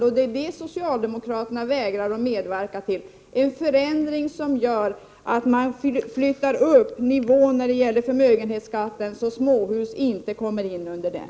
Socialde 12 april 1989 mokraterna vägrar att medverka till en förändring som innebär att man flyttar upp nivån när det gäller förmögenhetsskatt så att småhus inte kommer in under den.